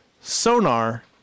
Sonar